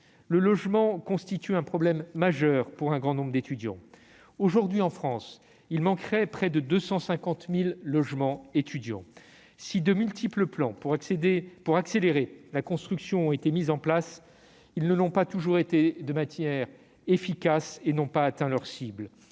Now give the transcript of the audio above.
le logement constitue un problème majeur pour un grand nombre d'étudiants. Aujourd'hui, en France, il manque près de 250 000 logements étudiants. Si de multiples plans pour accélérer la construction ont été mis en place, ils ne l'ont pas toujours été de manière efficace et n'ont pas atteint leur cible.